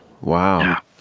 Wow